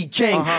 king